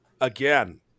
again